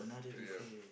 yup